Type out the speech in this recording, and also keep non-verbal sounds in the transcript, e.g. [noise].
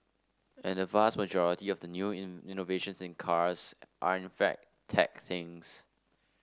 and the vast majority of the new [unintelligible] innovations in cars are in fact tech things